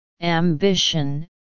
ambition